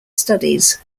studies